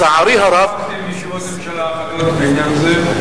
ישיבות ממשלה בעניין הזה.